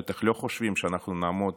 בטח לא חושבים שאנחנו נעמוד